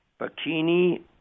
bikini